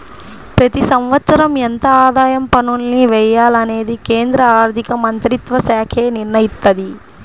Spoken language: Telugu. ప్రతి సంవత్సరం ఎంత ఆదాయ పన్నుల్ని వెయ్యాలనేది కేంద్ర ఆర్ధికమంత్రిత్వశాఖే నిర్ణయిత్తది